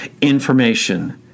information